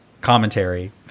commentary